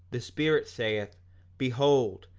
the spirit saith behold,